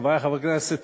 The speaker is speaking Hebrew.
חברי חברי הכנסת,